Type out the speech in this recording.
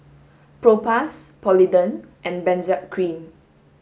Propass Polident and Benzac Cream